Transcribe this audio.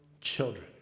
children